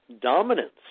dominance